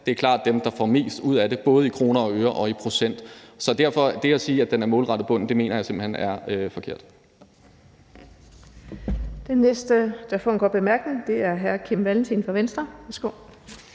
det er klart dem, der får mest ud af det både i kroner og øre og i procent. Så at sige, at den er målrettet bunden, mener jeg simpelt hen er forkert. Kl. 16:48 Den fg. formand (Birgitte Vind): Den næste, der får en kort bemærkning, er hr. Kim Valentin fra Venstre. Værsgo.